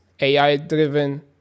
AI-driven